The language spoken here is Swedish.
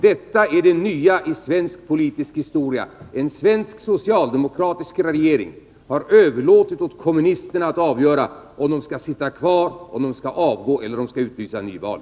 Detta är det nya i svensk politisk historia — en svensk socialdemokratisk regering har överlåtit åt kommunisterna att avgöra om den skall sitta kvar, om den skall avgå eller om den skall utlysa nyval.